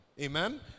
amen